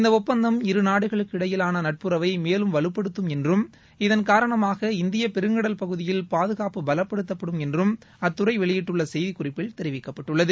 இந்த ஒப்பந்தம் இருநாடுகளுக்கு இடையிலான நட்புறவை மேலும் வலுப்படுத்தும் என்றும் இதன் காரணமாக இந்திய பெருங்கடல் பகுதியில் பாதுகாப்பு பலப்படுத்தப்படும் என்றும் அத்துறை வெளியிட்டுள்ள செய்திக்குறிப்பில் தெரிவிக்கப்பட்டுள்ளது